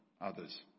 others